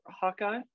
Hawkeye